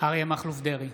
אריה מכלוף דרעי,